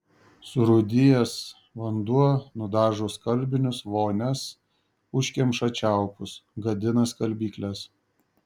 surūdijęs vanduo nudažo skalbinius vonias užkemša čiaupus gadina skalbykles